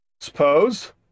Suppose